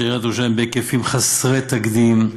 עיריית ירושלים בהיקפים חסרי תקדים.